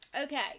okay